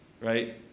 right